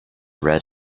red